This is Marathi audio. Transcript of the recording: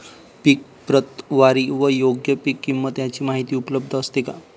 पीक प्रतवारी व योग्य पीक किंमत यांची माहिती उपलब्ध असते का?